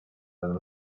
than